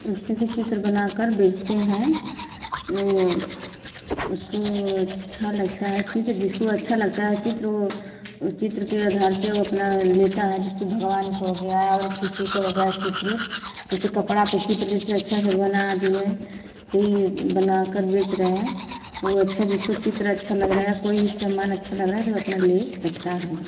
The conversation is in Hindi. जैसे कि चित्र बना कर बेचते हैं न वह उसको अच्छा लगता है चित्र जिसको अच्छा लगता है चित्र वह वह चित्र के आधार से वह अपना लेता है जैसे भगवान का हो गया और किसी का हो गया चित्र उत जैसे कपड़ा पर चित्र जैसे अच्छा से बना दिए कोई बना कर बेच रहे हैं वह अच्छा जिसको चित्र अच्छा लग रहा या कोई भी समान अच्छा लग रहा है तो अपना ले सकता है